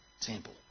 temple